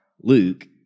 Luke